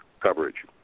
coverage